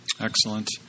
Excellent